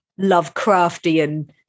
Lovecraftian